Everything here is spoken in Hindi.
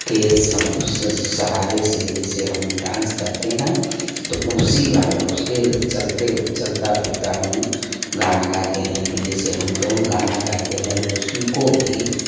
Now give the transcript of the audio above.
के सहारे से जैसे हम डांस करते हैं तो उसी वाला उसके चलते चलता फिरता हम गाना गाते हैं कि जैसे हम जौन गाना गाते हैं उसी को भी